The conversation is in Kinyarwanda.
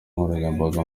nkoranyambaga